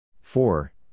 four